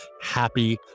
happy